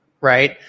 right